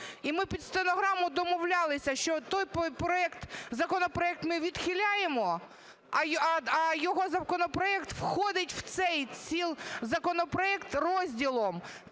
і ми під стенограму домовлялися, що той законопроект ми відхиляємо, а його законопроект входить в цей законопроект розділом.